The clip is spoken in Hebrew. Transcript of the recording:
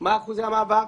מה אחוזי המעבר,